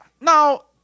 now